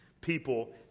people